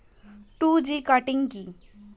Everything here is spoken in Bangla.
টু জি কাটিং কি?